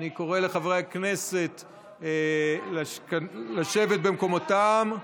אני קורא לחברי הכנסת לשבת במקומם.